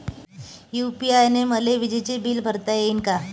UPI न मले विजेचं बिल भरता यीन का?